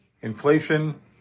Inflation